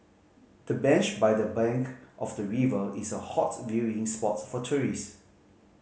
the bench by the bank of the river is a hot viewing spot for tourists